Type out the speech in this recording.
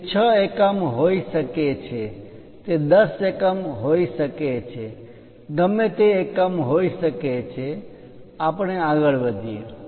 તે 6 એકમ હોઈ શકે છે તે 10 એકમ હોઈ શકે છે ગમે તે એકમ હોઈ શકે છે આપણે આગળ વધીએ